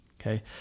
Okay